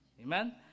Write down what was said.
amen